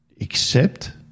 Accept